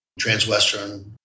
transwestern